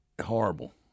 Horrible